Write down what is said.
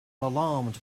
alarmed